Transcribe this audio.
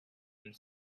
and